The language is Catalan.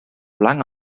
blanc